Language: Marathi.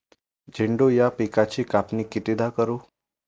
झेंडू या पिकाची कापनी कितीदा करू?